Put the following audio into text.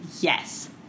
yes